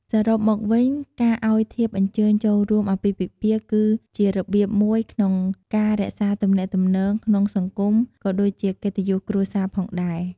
សរុបមកវិញ ការឱ្យធៀបអញ្ជើញចូលរួមអាពាហ៍ពិពាហ៍គឺជារបៀបមួយក្នុងការរក្សាទំនាក់ទំនងក្នុងសង្គម ក៏ដូចជាកិត្តិយសគ្រួសារផងដែរ។